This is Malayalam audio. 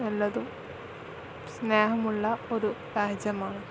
നല്ലതും സ്നേഹമുള്ള ഒരു രാജ്യമാണ്